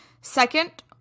second